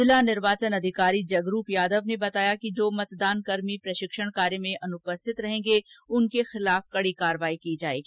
जिला निर्वाचन अधिकारी जगरूप यादव ने बताया कि जो मतदानकर्मी प्रषिक्षण कार्य में अनुपरिथत रहेंगे उनके विरूद्व कडी कार्यवाही की जायेगी